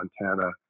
Montana